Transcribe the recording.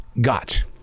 got